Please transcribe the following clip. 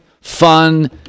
fun